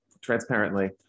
transparently